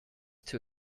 too